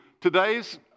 today's